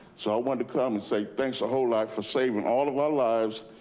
so i wanted to come and say, thanks a whole lot for saving all of our lives.